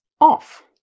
off